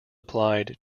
applied